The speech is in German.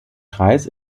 kreis